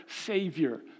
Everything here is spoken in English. Savior